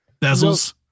bezels